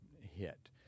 hit